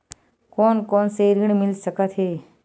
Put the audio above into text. कोन कोन से ऋण मिल सकत हे?